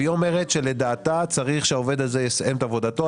והיא אומרת שלדעתה צריך שהעובד הזה יסיים את עבודתו,